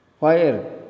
Fire